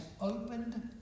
opened